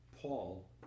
Paul